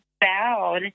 bowed